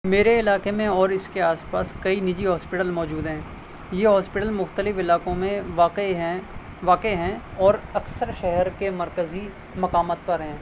میرے علاقے میں اور اس کے آس پاس کئی نجی ہاسپیٹل موجود ہیں یہ ہاسپیٹل مختلف علاقوں میں واقع ہیں واقع ہیں اور اکثر شہر کے مرکزی مقامات پر ہیں